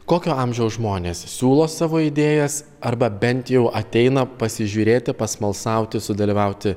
kokio amžiaus žmonės siūlo savo idėjas arba bent jau ateina pasižiūrėti pasmalsauti sudalyvauti